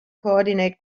coordinate